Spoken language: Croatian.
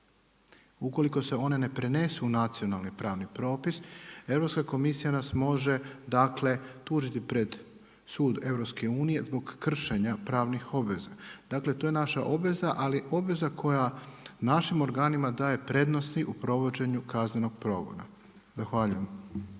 Ukoliko se one ne prenesu u nacionalni pravni propis, Europska komisija nas može tužiti pred sud EU zbog kršenja pravnih obveza. Dakle to je naša obveza, ali obveza koja našim organima daje prednosti u provođenju kaznenog progona. Zahvaljujem.